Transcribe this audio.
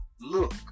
look